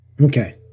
Okay